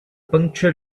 puncture